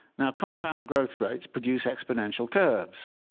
now compound growth rates produce exponential curves.